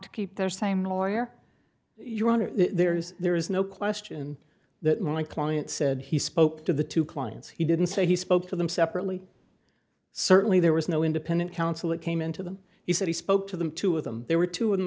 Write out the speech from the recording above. to keep their same lawyer your honor there's there is no question that my client said he spoke to the two clients he didn't say he spoke to them separately certainly there was no independent counsel that came in to them he said he spoke to them two of them there were two in the